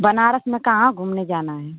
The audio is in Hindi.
बनारस में कहाँ घूमने जाना है